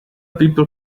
people